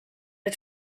are